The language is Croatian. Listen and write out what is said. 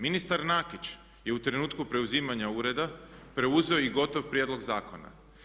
Ministar Nakić je u trenutku preuzimanja ureda preuzeo i gotov prijedlog zakona.